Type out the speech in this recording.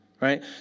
right